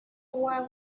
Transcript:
wine